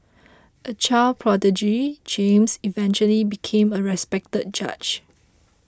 a child prodigy James eventually became a respected judge